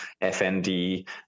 FND